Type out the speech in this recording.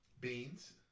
Beans